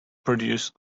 produce